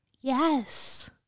Yes